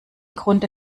grunde